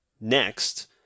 next